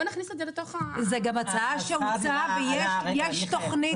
זו הצעה שהוצעה ויש תוכנית,